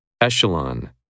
Echelon